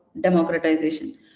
democratization